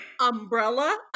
Umbrella